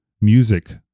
music